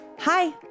Hi